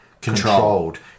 controlled